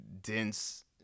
dense